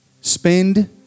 Spend